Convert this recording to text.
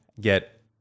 get